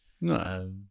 No